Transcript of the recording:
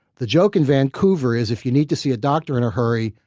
the joke in vancouver is if you need to see a doctor in a hurry,